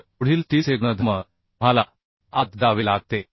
तर पुढील स्टीलचे गुणधर्म तुम्हाला आत जावे लागते